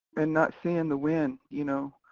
and not seeing the win. you know,